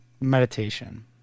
meditation